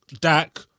Dak